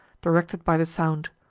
directed by the sound.